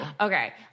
Okay